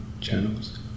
channels